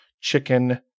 chicken